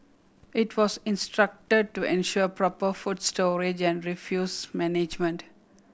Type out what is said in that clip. it was instructed to ensure proper food storage and refuse management